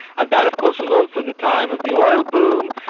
and that of course was also the time of the oil boom,